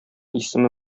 исеме